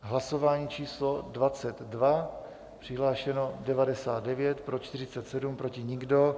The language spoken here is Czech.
Hlasování číslo 22, přihlášeno 99, pro 47, proti nikdo.